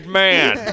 man